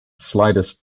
slightest